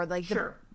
Sure